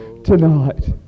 Tonight